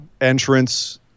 entrance